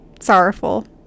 sorrowful